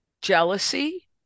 jealousy